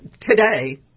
today